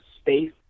space